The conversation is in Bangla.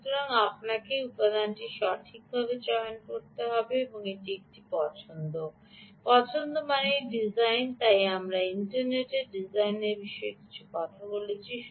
সুতরাং আপনাকে উপাদানটি সঠিকভাবে চয়ন করতে হবে এবং এটি একটি পছন্দ পছন্দ মানেই ডিজাইন তাই আমরা ইন্টারনেটে ডিজাইনের বিষয়ে কথা বলছি